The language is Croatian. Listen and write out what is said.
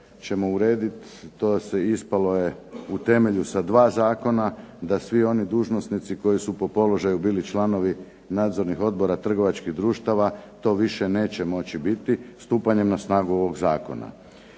ćemo urediti, to se, ispalo je u temelju sa dva zakona, da svi oni dužnosnici koji su po položaju bili članovi nadzornih odbora trgovačkih društava, to više neće moći biti, stupanjem na snagu ovog zakona.